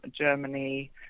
Germany